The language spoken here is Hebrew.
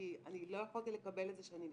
כי לא יכולתי לקבל את זה שאני נכשלתי.